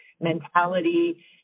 mentality